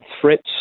threats